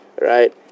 right